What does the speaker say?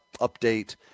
update